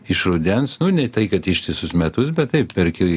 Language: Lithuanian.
iš rudens nu ne tai kad ištisus metus bet taip perki